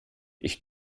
ich